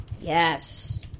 yes